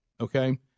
okay